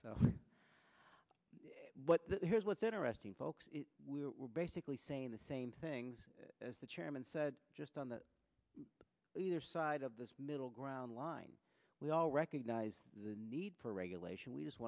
what here's what's interesting folks were basically saying the same things as the chairman said just on the other side of middle ground line we all recognize the need for regulation we just